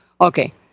Okay